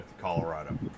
colorado